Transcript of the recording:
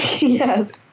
yes